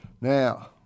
Now